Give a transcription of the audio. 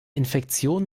infektion